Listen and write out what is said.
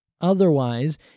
otherwise